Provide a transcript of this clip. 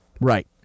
Right